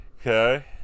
okay